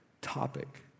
topic